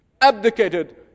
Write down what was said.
abdicated